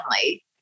family